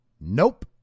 Nope